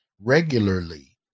regularly